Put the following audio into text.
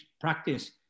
practice